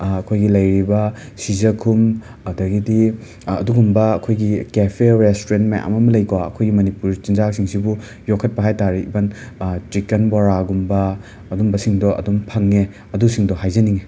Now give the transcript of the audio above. ꯑꯩꯈꯣꯏꯒꯤ ꯂꯩꯔꯤꯕ ꯁꯤꯖꯈꯨꯝ ꯑꯗꯒꯤꯗꯤ ꯑꯗꯨꯒꯨꯝꯕ ꯀꯦꯐꯦ ꯔꯦꯁꯇ꯭ꯔꯨꯔꯦꯟꯟ ꯃꯌꯥꯝ ꯑꯃ ꯂꯩꯀꯣ ꯑꯩꯈꯣꯏꯒꯤ ꯃꯅꯤꯄꯨꯔ ꯆꯤꯟꯖꯥꯛꯁꯤꯡꯁꯤꯕꯨ ꯌꯣꯈꯠꯄ ꯍꯥꯏꯇꯥꯔꯦ ꯏꯕꯟ ꯆꯤꯀꯟ ꯕꯣꯔꯥꯒꯨꯝꯕ ꯑꯗꯨꯝꯕꯁꯤꯡꯗꯣ ꯑꯗꯨꯝ ꯐꯪꯉꯦ ꯑꯗꯨꯁꯤꯡꯗꯣ ꯍꯥꯏꯖꯅꯤꯡꯉꯤ